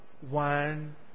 one